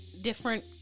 different